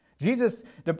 Jesus